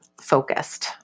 focused